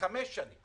שמדברת על חמש שנים